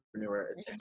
entrepreneur